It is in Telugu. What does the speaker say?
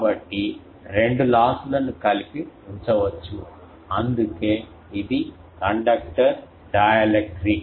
కాబట్టి రెండు లాస్ లను కలిపి ఉంచవచ్చు అందుకే ఇది కండక్టర్ డై ఎలక్ట్రిక్